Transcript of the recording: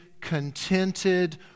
contented